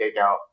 takeout